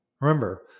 Remember